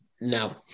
No